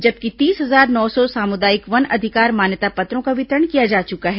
जबकि तीस हजार नौ सौ सामुदायिक वन अधिकार मान्यता पत्रों का वितरण किया जा चुका है